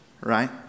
right